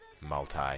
multi